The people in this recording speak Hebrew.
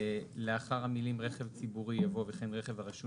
לאחר המילים 'רכב ציבורי' יבוא 'וכן רכב הרשום